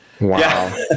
Wow